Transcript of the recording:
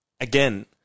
again